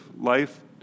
life